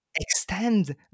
extend